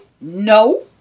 No